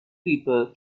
people